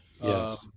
Yes